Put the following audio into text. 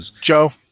Joe